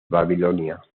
babilonia